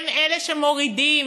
הם אלה שמורידים.